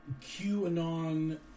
QAnon